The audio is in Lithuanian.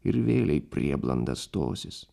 ir vėlei prieblanda stosis